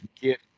get